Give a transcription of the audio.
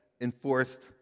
enforced